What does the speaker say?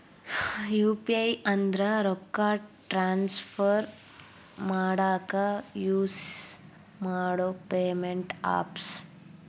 UPI ಅಂದ್ರ ರೊಕ್ಕಾ transfer ಮಾಡಾಕ ಯುಸ್ ಮಾಡೋ ಪೇಮೆಂಟ್ ಆಪ್ಸ್